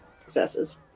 successes